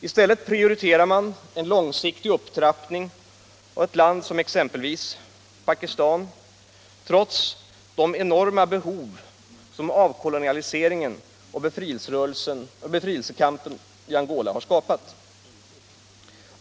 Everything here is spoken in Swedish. I stället prioriterar man en långsiktig upptrappning av ett land som exempelvis Pakistan, trots de enorma behov som avkolonialiseringen och befrielsen av Angola skapat.